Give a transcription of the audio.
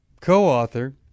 co-author